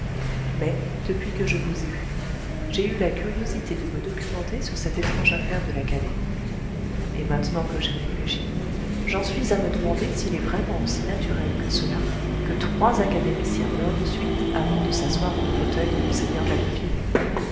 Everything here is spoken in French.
mais depuis que je vous ai vu j'ai eu la curiosité de me documenter sur cette étrange affaire de l'académie et maintenant que j'ai réfléchi j'en suis à me demander s'il est vraiment aussi naturel que cela que trois académiciens meurent de suite avant de s'asseoir dans le fauteuil de mgr d'abbeville